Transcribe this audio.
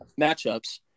matchups